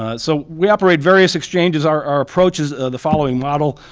ah so we operate various exchanges, our approach is the following model.